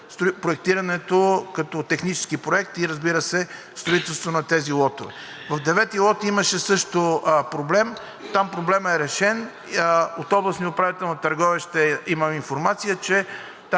проектирането като технически проект и, разбира се, строителството на тези лотове. В лот 9 имаше също проблем. Там проблемът е решен –от областния управител на Търговище имам информация,